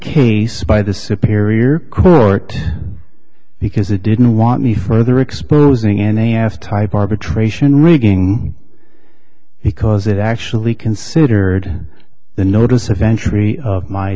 case by the superior court because it didn't want me further exposing n a s type arbitration rigging because it actually considered the notice eventually of my